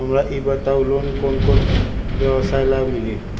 हमरा ई बताऊ लोन कौन कौन व्यवसाय ला मिली?